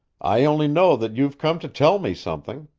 i only know that you've come to tell me something,